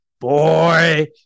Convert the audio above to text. boy